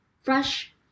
fresh